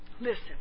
Listen